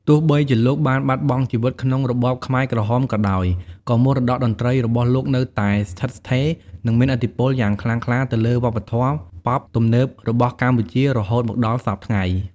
ទោះបីជាលោកបានបាត់បង់ជីវិតក្នុងរបបខ្មែរក្រហមក៏ដោយ ក៏មរតកតន្ត្រីរបស់លោកនៅតែស្ថិតស្ថេរ និងមានឥទ្ធិពលយ៉ាងខ្លាំងក្លាទៅលើវប្បធម៌ប៉ុបទំនើបរបស់កម្ពុជា រហូតមកដល់សព្វថ្ងៃ ។